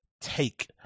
take